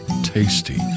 Tasty